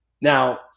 now